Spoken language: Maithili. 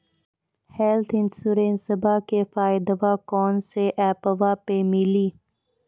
हेल्थ इंश्योरेंसबा के फायदावा कौन से ऐपवा पे मिली?